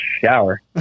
shower